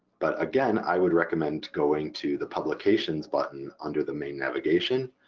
but again i would recommend going to the publications button under the main navigation.